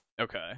okay